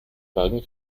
wagen